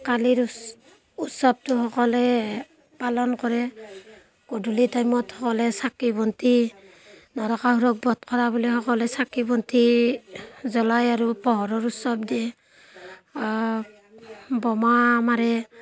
কালীৰ উৎ উৎসৱটো সকলোৱে পালন কৰে গধূলি টাইমত সকলোৱে চাকি বন্তি নৰকাসুৰক বধ কৰা বুলি সকলোৱে চাকি বন্তি জ্বলাই আৰু পোহৰৰ উৎসৱ দিয়ে বোমা মাৰে